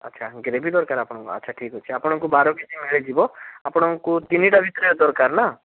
ଆଚ୍ଛା ଗ୍ରେଭି ଦରକାର ଆପଣଙ୍କୁ ଆଚ୍ଛା ଠିକ୍ ଅଛି ଆପଣଙ୍କୁ ବାର କେଜି ମିଳିଯିବ ଆପଣଙ୍କୁ ତିନିଟା ଭିତରେ ଦରକାର ନା